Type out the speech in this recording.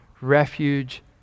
refuge